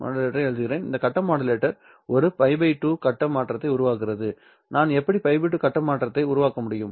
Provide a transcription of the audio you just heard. இந்த கட்ட மாடுலேட்டர் ஒரு π 2 கட்ட மாற்றத்தை உருவாக்குகிறது நான் எப்படி π 2 கட்ட மாற்றத்தை உருவாக்க முடியும்